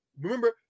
remember